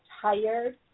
tired